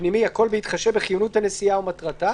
הכל בהתחשב בחיוניות הנסיעה ומטרתה.